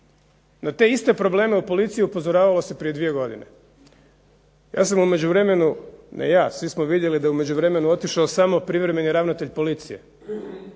na te iste probleme u policiji upozoravalo se prije dvije godine. Ja sam u međuvremenu, ne ja, svi smo vidjeli da je u međuvremenu otišao samo privremeni ravnatelj policiji,